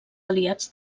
aliats